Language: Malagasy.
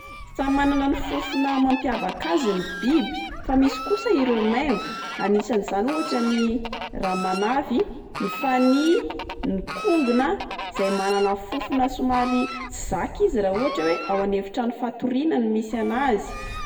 Samy manana ny fofona mampiavaka azy ny biby, fa misy kosa ireo maimbo anisan'izany ohatra: ny ramanavy, ny fanihy, ny kongona izay manana fofona somary tsy zaka izy raha ohatra oe ao an'efitrano fatoriana no misy an'azy.